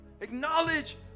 acknowledge